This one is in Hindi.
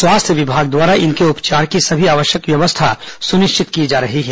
स्वास्थ्य विभाग द्वारा इनके उपचार की सभी आवश्यक व्यवस्था सुनिश्चित की जा रही है